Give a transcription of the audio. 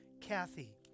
Kathy